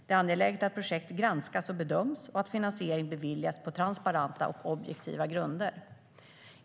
Det är angeläget att projekt granskas och bedöms och att finansiering beviljas på transparenta och objektiva grunder.